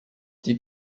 die